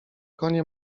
konie